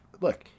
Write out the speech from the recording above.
look